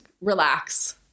relax